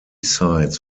sides